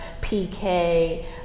PK